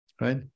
right